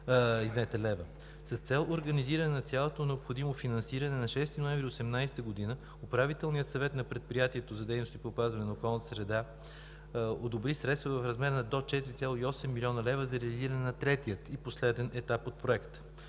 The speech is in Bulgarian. С цел организиране на цялото необходимо финансиране на 6 ноември 2018 г. Управителният съвет на Предприятието за управление на дейностите по опазване на околната среда одобри средства в размер на до 4,8 млн. лв. за реализиране на третия и последен етап от Проекта.